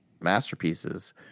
masterpieces